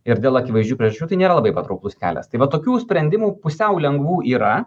ir dėl akivaizdžių priežasčių tai nėra labai patrauklus kelias tai va tokių sprendimų pusiau lengvų yra